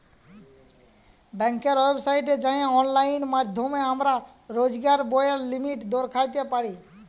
ব্যাংকের ওয়েবসাইটে যাঁয়ে অললাইল মাইধ্যমে আমরা রইজকার ব্যায়ের লিমিট দ্যাইখতে পারি